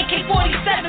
AK-47